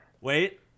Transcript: Wait